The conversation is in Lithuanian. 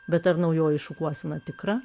bet ar naujoji šukuosena tikra